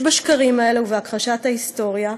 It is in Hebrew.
יש בשקרים אלה ובהכחשת ההיסטוריה